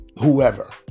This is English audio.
whoever